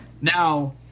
Now